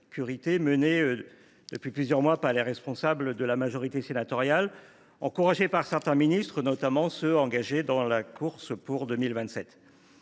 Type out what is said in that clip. assumée depuis plusieurs mois par les responsables de la majorité sénatoriale, encouragés par certains ministres, notamment ceux qui sont engagés dans la course pour 2027.